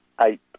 eight